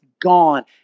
gone